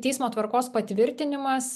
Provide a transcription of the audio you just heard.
teismo tvarkos patvirtinimas